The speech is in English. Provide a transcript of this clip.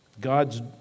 God's